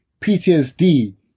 PTSD